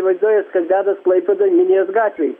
važiuoja kas dedasi klaipėdoj minijos gatvėj